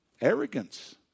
Arrogance